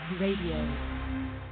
Radio